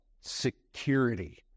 security